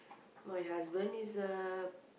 my husband is a